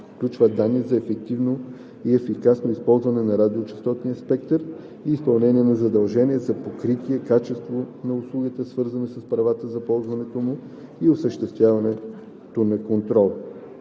включва данни за ефективното и ефикасното използване на радиочестотния спектър и изпълнение на задължения за покритие, качество на услугите, свързани с правата за ползването му и осъществяването на контрол.